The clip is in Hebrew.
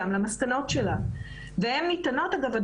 אגב,